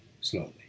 slowly